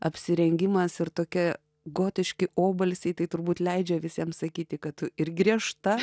apsirengimas ir toki gotiški obalsiai tai turbūt leidžia visiems sakyti kad tu ir griežta